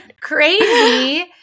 crazy